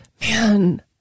man